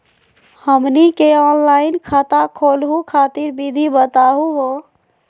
हमनी के ऑनलाइन खाता खोलहु खातिर विधि बताहु हो?